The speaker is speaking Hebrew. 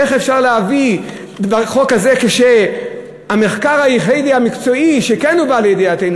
איך אפשר להביא דבר חוק כזה כשהמחקר היחידי המקצועי שכן הובא לידיעתנו